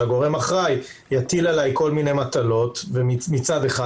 הגורם האחראי יטיל עליי כל מיני מטלות מצד אחד,